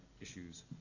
issues